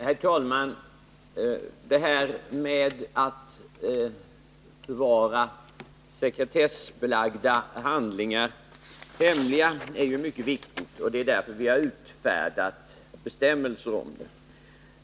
Herr talman! Det här med att bevara sekretessbelagda handlingar hemliga är ju mycket viktigt. Det är därför vi har utfärdat bestämmelser om det.